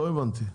לא הבנתי.